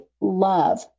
love